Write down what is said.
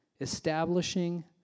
establishing